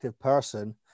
person